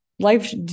life